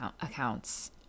accounts